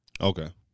Okay